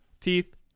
Teeth